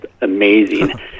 amazing